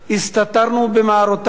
הסתתרנו במערותיו,